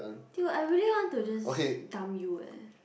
dude I really want to just dump you leh